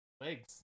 Legs